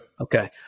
Okay